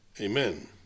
Amen